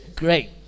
Great